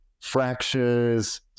fractures